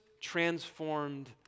transformed